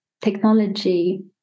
technology